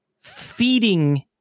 feeding